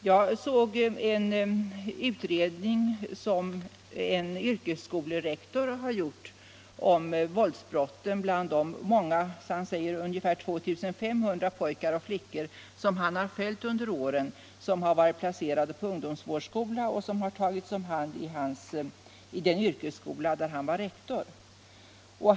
Jag såg en utredning som en yrkesskolerektor har gjort om våldsbrotten bland de många — han säger ungefär 2 500 — pojkar och flickor som han har följt under åren de har varit placerade på ungdomsvårdsskola och tagits om hand i den yrkesskola där han var rektor.